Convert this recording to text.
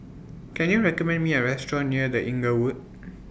Can YOU recommend Me A Restaurant near The Inglewood